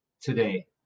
today